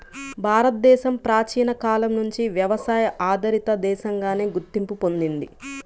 భారతదేశం ప్రాచీన కాలం నుంచి వ్యవసాయ ఆధారిత దేశంగానే గుర్తింపు పొందింది